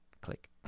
click